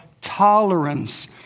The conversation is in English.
tolerance